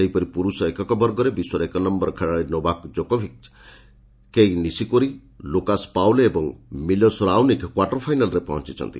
ସେହିପରି ପୁରୁଷ ଏକକ ବର୍ଗରେ ବିଶ୍ୱର ଏକନ୍ୟର ଖେଳାଳି ନୋଭାକ୍ ଜୋକୋଭିଚ୍ କେଇ ନିଶିକୋରୀ ଲୁକାସ୍ ପାଓଲେ ଏବଂ ମିଲୋସ୍ ରାଓନିକ୍ କ୍ୱାର୍ଟର ଫାଇନାଲରେ ପହଞ୍ଚୁଛନ୍ତି